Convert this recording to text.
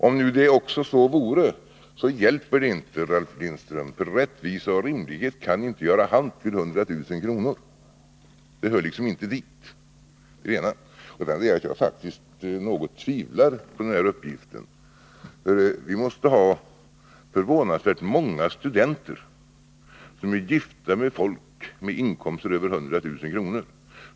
Om också så vore hjälper det inte, Ralf Lindström, för rättvisa och rimlighet kan inte göra halt vid 100 000 kr. Det hör liksom inte dit. Men jag tvivlar faktiskt något på denna uppgift. Vi måste ha förvånansvärt många studenter som är gifta med människor med inkomster över 100 000 kr.